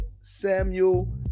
Samuel